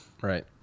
Right